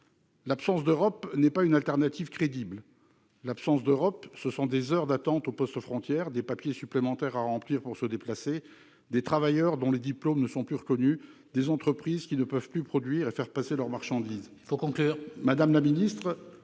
L'absence d'Europe n'est pas une alternative crédible. L'absence d'Europe, ce sont des heures d'attente aux postes-frontière, des papiers supplémentaires à remplir pour se déplacer, des diplômes qui ne sont plus reconnus, des entreprises qui ne peuvent plus produire et faire circuler leurs marchandises